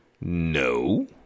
No